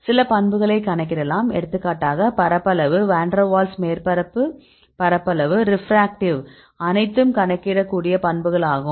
சில பண்புகளை கணக்கிடலாம் எடுத்துக்காட்டாக பரப்பளவு வான் டெர் வால்ஸ் மேற்பரப்பு பரப்பளவு ரிஃப்ராக்டிவ் அனைத்தும் கணக்கிடக்கூடிய பண்புகள் ஆகும்